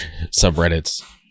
subreddits